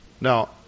Now